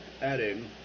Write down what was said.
adding